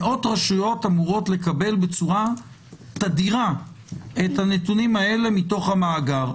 מאות רשויות אמורות לקבל בצורה תדירה את הנתונים האלה מתוך המאגר.